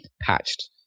patched